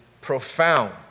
profound